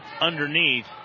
underneath